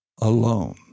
alone